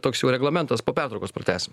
toks jau reglamentas po pertraukos pratęsim